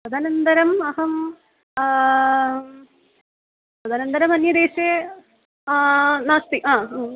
तदनन्तरम् अहम् तदनन्तरम् अन्यदेशे नास्ति आ